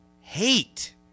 hate